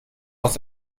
aus